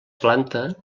planta